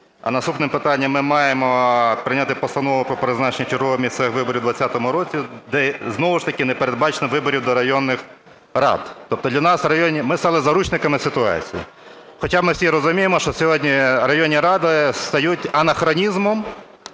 а наступним питанням ми маємо прийняти Постанову про призначання чергових місцевих виборів в 20-му році, де, знову ж таки, не передбачено виборів до районних рад. Тобто для нас районні... ми стали заручниками ситуації, хоча ми всі розуміємо, що сьогодні районні ради стають анахронізмом